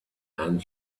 and